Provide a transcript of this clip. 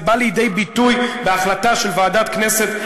זה בא לידי ביטוי בהחלטה של ועדת כנסת,